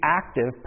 active